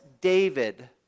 David